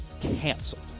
Canceled